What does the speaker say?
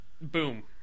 Boom